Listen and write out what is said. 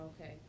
okay